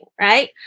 right